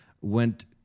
went